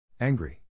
Angry